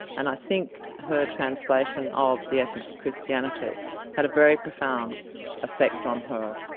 and i think her translation of the essence of christianity had a very profound effect on her.